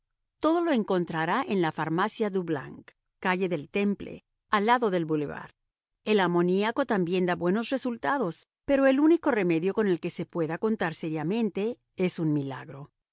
todo lo encontrará en la farmacia dublanc calle del temple al lado del bulevar el amoníaco también da buenos resultados pero el único remedio con el que se pueda contar seriamente es un milagro